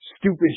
stupid